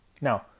Now